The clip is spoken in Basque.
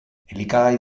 elikagai